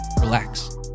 relax